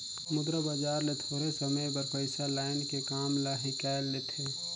मुद्रा बजार ले थोरहें समे बर पइसा लाएन के काम ल हिंकाएल लेथें